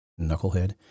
knucklehead